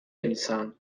انسان